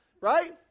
Right